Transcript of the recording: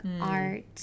art